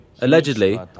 Allegedly